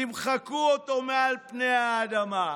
תמחקו אותו מעל פני האדמה,